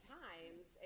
times